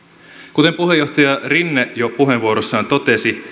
kuten puheenjohtaja rinne jo puheenvuorossaan totesi